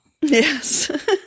Yes